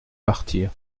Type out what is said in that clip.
partir